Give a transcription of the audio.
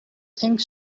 think